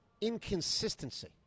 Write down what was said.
inconsistency